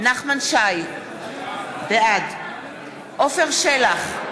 נחמן שי, בעד עפר שלח,